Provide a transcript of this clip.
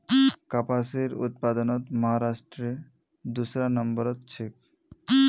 कपासेर उत्पादनत महाराष्ट्र दूसरा नंबरत छेक